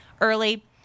early